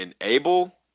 enable